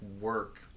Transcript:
work